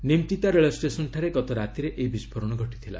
ନିମ୍ତିତା ରେଳଷ୍ଟେସନ୍ଠାରେ ଗତ ରାତିରେ ଏହି ବିସ୍ଫୋରଣ ଘଟିଥିଲା